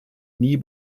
nie